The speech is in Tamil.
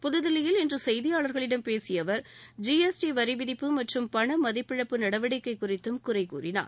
புதுதில்லியில் இன்று செய்தியாளர்களிடம் பேசிய அவர் ஜி எஸ் டி வரிவிதிப்பு மற்றும் பணமதிபிழப்பு நடவடிக்கை குறித்தும் குறை கூறினார்